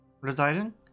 residing